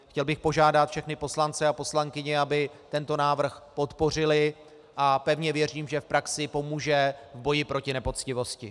Chtěl bych požádat všechny poslance a poslankyně, aby tento návrh podpořili, a pevně věřím, že v praxi pomůže v boji proti nepoctivosti.